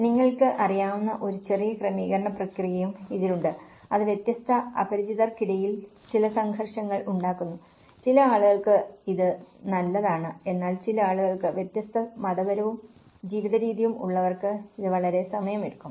നിങ്ങൾക്ക് അറിയാവുന്ന ഒരു ചെറിയ ക്രമീകരണ പ്രക്രിയയും ഇതിലുണ്ട് അത് വ്യത്യസ്ത അപരിചിതർക്കിടയിൽ ചില സംഘർഷങ്ങൾ ഉണ്ടാക്കുന്നു ചില ആളുകൾക്ക് ഇത് നല്ലതാണ് എന്നാൽ ചില ആളുകൾക്ക് വ്യത്യസ്ത മതപരവും ജീവിതരീതിയും ഉള്ളവർക്ക് ഇത് വളരെ സമയമെടുക്കും